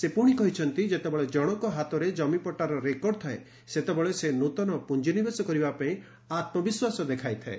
ସେ କହିଛନ୍ତି ଯେତେବେଳେ ଜଣଙ୍କ ହାତରେ ଜମିପଟ୍ଟାର ରେକର୍ଡ ଥାଏ ସେତେବେଳେ ସେ ନୂତନ ପୁଞ୍ଜିନିବେଶ କରିବା ପାଇଁ ଆତ୍ମବିଶ୍ୱାସ ଦେଖାଇଥାଏ